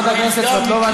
חברת הכנסת סבטלובה,